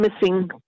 missing